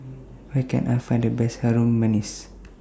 Where Can I Find The Best Harum Manis